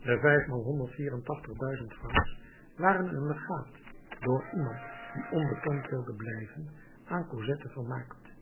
de vijfmaal honderd vier en tachtig duizend francs waren een legaat door iemand die onbekend wilde blijven aan cosette vermaakt